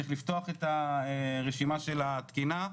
צריך לפתוח את הרשימה של התקינה,